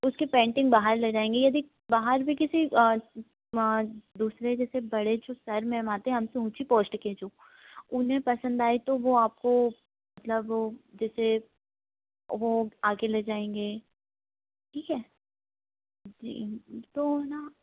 उसकी पेंटिग बाहर ले जाएंगे यदि बाहर भी किसी दूसरे जैसे बड़े जो सर मैम आते हैं हमसे ऊँची पोस्ट के जो उन्हें पसंद आई तो वो आपको मतलब जैसे वो आ कर ले जाएंगे ठीक है जैसे तो है न